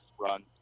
run